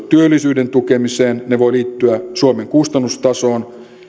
työllisyyden tukemiseen ne voivat liittyä suomen kustannustasoon